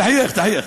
תחייך, תחייך,